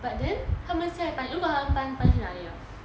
but then 他们现在搬如果他们搬搬去哪里了